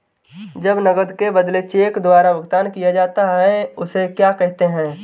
जब नकद के बदले चेक द्वारा भुगतान किया जाता हैं उसे क्या कहते है?